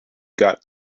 got